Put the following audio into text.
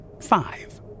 Five